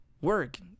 work